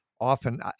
Often